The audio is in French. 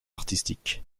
artistique